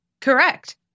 Correct